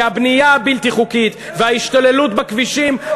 כי הבנייה הבלתי-חוקית וההשתוללות בכבישים,